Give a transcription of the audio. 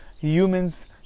humans